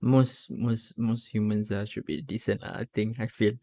most most most humans ah should be decent lah I think I feel